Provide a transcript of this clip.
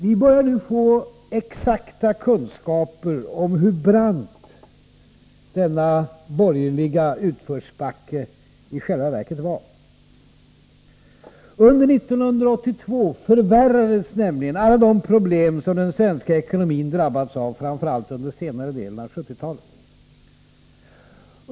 Vi börjar nu få exakta kunskaper om hur brant den borgerliga utförsbacken i själva verket var. Under 1982 förvärrades nämligen alla de problem som den svenska ekonomin drabbats av, framför allt under senare delen av 1970-talet.